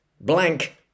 blank